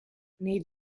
nei